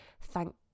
thank